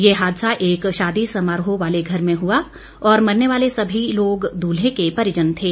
ये हादसा एक शादी समारोह वाले घर में हुआ और मरने वाले सभी लोग दूल्हे के परिजन थे